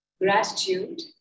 Gratitude